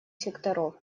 секторов